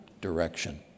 direction